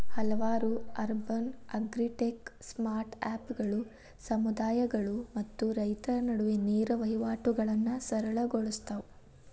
ಹಲವಾರು urban agritech ಸ್ಟಾರ್ಟ್ಅಪ್ಗಳು ಸಮುದಾಯಗಳು ಮತ್ತು ರೈತರ ನಡುವೆ ನೇರ ವಹಿವಾಟುಗಳನ್ನಾ ಸರಳ ಗೊಳ್ಸತಾವ